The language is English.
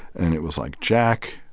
and it was like jack,